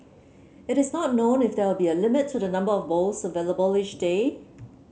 it is not known if there will be a limit to the number of bowls available each day